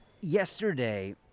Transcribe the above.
Yesterday